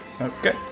Okay